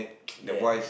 ya